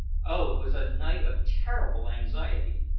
oh, it was a night of terrible anxiety!